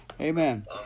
Amen